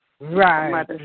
Right